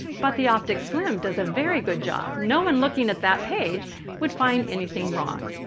but the opticslim does a very good job. no one looking at that page would find anything wrong.